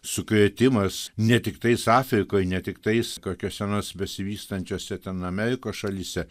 sukrėtimas ne tiktais afrikoj ne tiktais kokiose nors besivystančiose ten amerikos šalyse